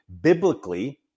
biblically